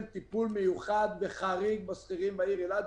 טיפול מיוחד וחריג בשכירים בעיר אילת.